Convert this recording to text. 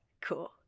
cool